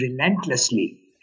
relentlessly